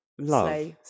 Love